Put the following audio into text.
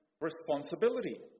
responsibility